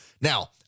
Now